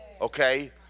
Okay